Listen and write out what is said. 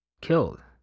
killed